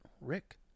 Rick